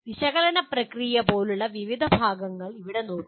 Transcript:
വിശകലന പ്രക്രിയ പോലെയുള്ള വിവിധ ഭാഗങ്ങൾ ഇവിടെ നോക്കുക